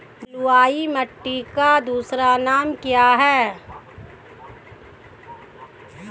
बलुई मिट्टी का दूसरा नाम क्या है?